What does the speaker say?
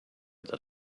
that